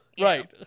Right